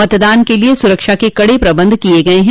मतदान के लिये सुरक्षा के कड़े प्रबंध किये गये हैं